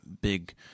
big